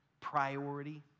priority